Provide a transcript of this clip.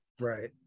Right